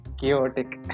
chaotic